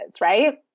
right